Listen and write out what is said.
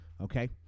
Okay